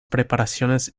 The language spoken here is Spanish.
preparaciones